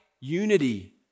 unity